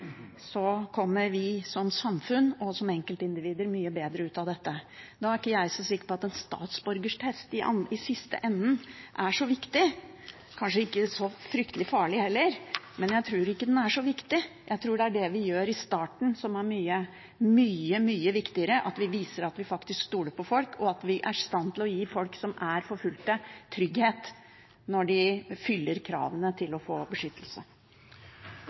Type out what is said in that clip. så kommer vi som samfunn og som enkeltindivider mye bedre ut av dette. Nå er ikke jeg så sikker på at en statsborgertest i enden er så viktig – kanskje ikke så fryktelig farlig heller – men jeg tror ikke den er så viktig. Da er det vi gjør i starten, mye viktigere, at vi viser at vi faktisk stoler på folk, og at vi er i stand til å gi trygghet til folk som er forfulgt, når de fyller kravene til å få beskyttelse.